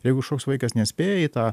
jeigu kažkoks vaikas nespėja į tą